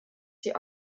sie